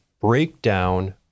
breakdown